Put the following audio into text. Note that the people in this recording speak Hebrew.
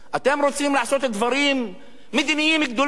אתם רוצים לעשות דברים מדיניים גדולים,